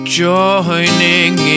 joining